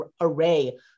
array